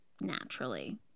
naturally